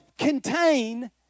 Contain